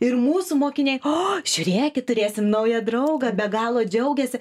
ir mūsų mokiniai o žiūrėkit turėsim naują draugą be galo džiaugiasi